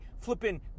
flipping